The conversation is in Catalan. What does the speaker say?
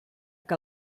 que